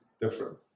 different